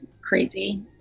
crazy